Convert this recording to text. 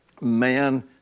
man